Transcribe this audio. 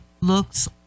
looks